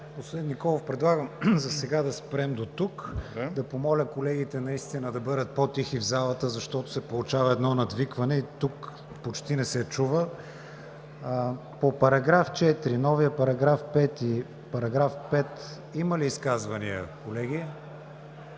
Господин Николов, предлагам засега да спрем дотук. Да помоля колегите наистина да бъдат по-тихи в залата, защото се получава едно надвикване и тук почти не се чува. По § 4, новият § 5, § 5 – има ли изказвания, колеги?